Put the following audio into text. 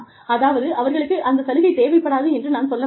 அதாவது அவர்களுக்கு அந்த சலுகை தேவைப்படாது என்று நான் சொல்ல வரவில்லை